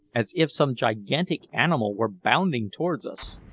as if some gigantic animal were bounding towards us.